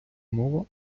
мова